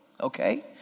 okay